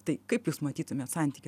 tai kaip jūs matytumėt santykį